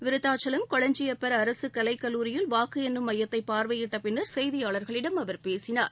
விருதாச்சலம் கொளஞ்சியப்பா் அரசு கலை கல்லூரியில் வாக்கு எண்ணும் மையத்தை பார்வையிட்ட பின்னா் செய்தியாளா்களிடம் அவர் பேசினாா்